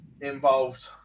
involved